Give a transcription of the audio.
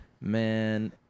man